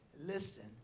listen